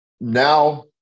now